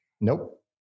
Nope